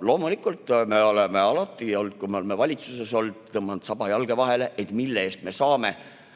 Loomulikult, me oleme alati, kui me oleme valitsuses olnud, tõmmanud saba jalge vahele, et mille eest me saame.